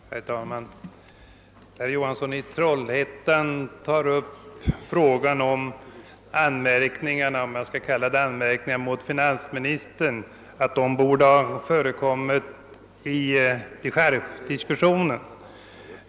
Herr talman! Herr Johansson i Trollhättan säger att anmärkningarna mot finansministern — om jag skall kalla dem så — borde ha tagits upp vid dechargebehandlingen.